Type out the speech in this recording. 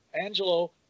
Angelo